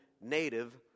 native